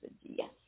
yes